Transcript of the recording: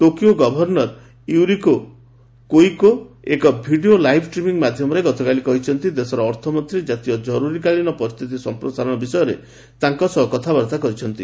Tokyo governor Yuriko Koike ଏକ video livestream ମାଧ୍ୟମରେ ଗତକାଲି କହିଛନ୍ତି ଦେଶର ଅର୍ଥମନ୍ତ୍ରୀ କାତୀୟ ଜରୁରୀକାଳୀନ ପରିସ୍ଥିତିର ସମ୍ପ୍ରସାରଣ ବିଷୟରେ ତାଙ୍କ ସହ କଥାବାର୍ତ୍ତା କରିଛନ୍ତି